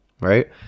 right